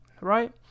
right